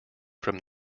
from